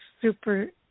Super